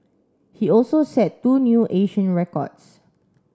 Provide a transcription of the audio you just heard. he also set two new Asian records